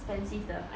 expensive 的